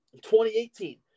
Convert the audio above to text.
2018